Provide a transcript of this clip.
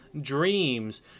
dreams